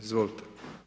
Izvolite.